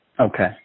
Okay